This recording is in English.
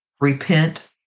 Repent